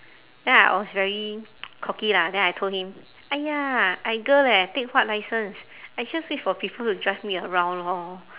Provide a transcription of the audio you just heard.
then I was very cocky lah then I told him !aiya! I girl leh take what license I just wait for people to drive me around lor